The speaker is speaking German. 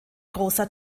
großer